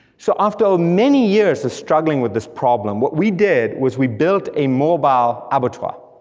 so after many years of struggling with this problem, what we did was we build a mobile abattoir,